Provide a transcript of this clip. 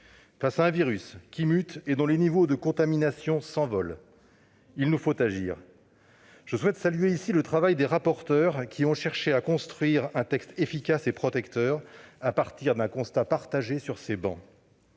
Face à un virus qui mute et dont les niveaux de contamination s'envolent, il nous faut agir. Je souhaite saluer le travail des rapporteurs, qui ont cherché à construire un texte efficace et protecteur à partir d'un constat partagé sur ces travées.